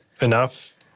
enough